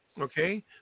Okay